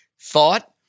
thought